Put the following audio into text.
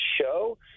show